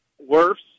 Worse